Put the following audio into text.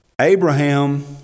Abraham